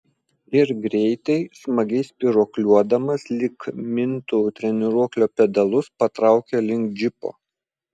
ir greitai smagiai spyruokliuodamas lyg mintų treniruoklio pedalus patraukė link džipo